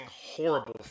horrible